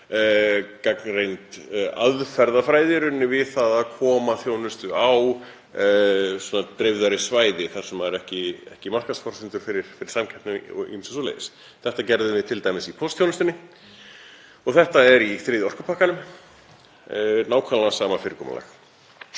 gagnreynd aðferðafræði við að koma á þjónustu á dreifðari svæðum þar sem eru ekki markaðsforsendur fyrir samkeppni og ýmsu svoleiðis. Þetta gerðum við t.d. í póstþjónustunni og þetta er í þriðja orkupakkanum, nákvæmlega sama fyrirkomulag.